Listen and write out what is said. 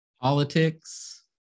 Politics